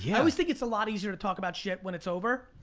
yeah always think it's a lot easier to talk about shit when it's over.